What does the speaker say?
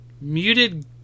muted